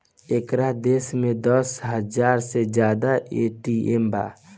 एकर देश में दस हाजार से जादा ए.टी.एम बा